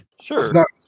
Sure